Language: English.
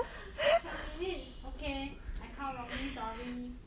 tweleve minutes okay I count wrongly sorry